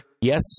Yes